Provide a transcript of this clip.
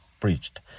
preached